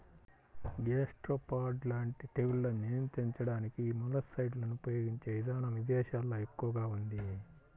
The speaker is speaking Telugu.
గ్యాస్ట్రోపాడ్ లాంటి తెగుళ్లను నియంత్రించడానికి యీ మొలస్సైడ్లను ఉపయిగించే ఇదానం ఇదేశాల్లో ఎక్కువగా ఉంది